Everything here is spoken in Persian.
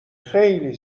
خیلی